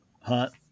hunt